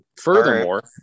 Furthermore